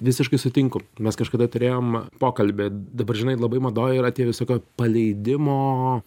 visiškai sutinku mes kažkada turėjom pokalbį dabar žinai labai madoj yra tie visokie paleidimo